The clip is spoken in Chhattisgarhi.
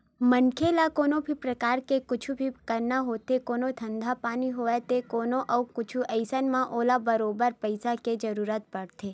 मनखे ल कोनो भी परकार के कुछु भी करना होथे कोनो धंधा पानी होवय ते कोनो अउ कुछु अइसन म ओला बरोबर पइसा के जरुरत पड़थे